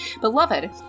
Beloved